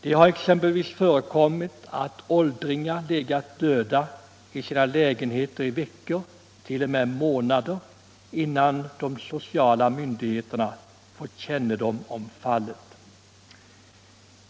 Det har exempelvis förekommit att åldringar legat döda i sina lägenheter i veckor, t.o.m. månader, innan de sociala myndigheterna fått kännedom om fallen.